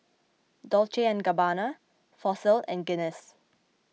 Dolce and Gabbana Fossil and Guinness